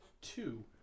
two